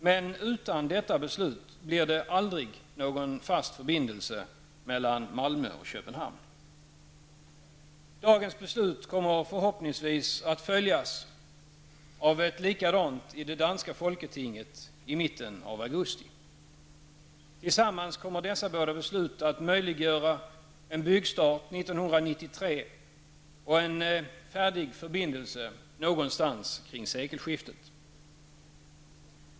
Men utan detta beslut blir det aldrig någon fast förbindelse mellan Malmö och Köpenhamn. Det beslut som fattas i dag kommer förhoppningsvis att följas av ett likadant i det danska folketinget i mitten av augusti. Tillsammans kommer dessa båda beslut att möjliggöra en byggstart 1993 och en färdig förbindelse någonstans kring sekelskiftet.